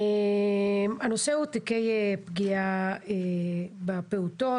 הנושא הוא תיקי פגיעה בפעוטות,